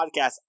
podcast